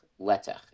letech